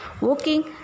walking